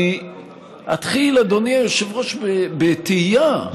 אני אתחיל, אדוני היושב-ראש, בתהייה.